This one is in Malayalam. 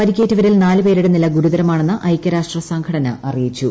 പരിക്കേറ്റവരിൽ നാലു പേരുടെ നില ഗുരുതരമാണെന്ന് ഐക്യരാഷട്ര സംഘടന അറിയിച്ചു